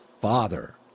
father